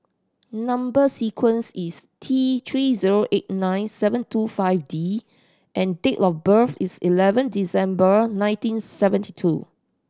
number sequence is T Three zero eight nine seven two five D and date of birth is eleven December nineteen seventy two